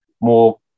more